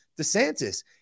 DeSantis